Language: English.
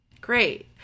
Great